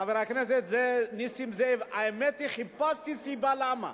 חבר הכנסת נסים זאב, האמת היא שחיפשתי סיבה למה.